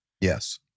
Yes